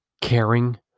caring